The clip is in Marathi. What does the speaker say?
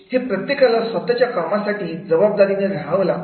ही प्रत्येकाला स्वतःच्या कामासाठी जबाबदारीने रहाव लागत